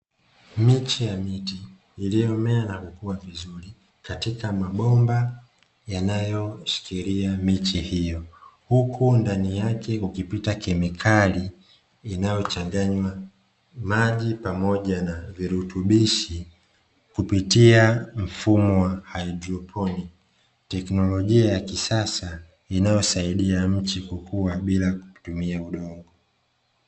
Miche ya miti, iliyomea na kukua vizuri, katika mabomba yanayoshikilia miche hiyo. Huku ndani yake kukipita kemikali, inayochanganywa maji pamoja na virutubishi kupitia mfumo wa haidroponi, teknolojia ya kisasa inayosaidia mche kukua bila kutumia udongo.